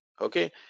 okay